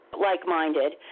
like-minded